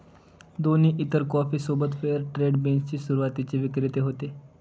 दोन्ही इतर कॉफी सोबत फेअर ट्रेड बीन्स चे सुरुवातीचे विक्रेते होते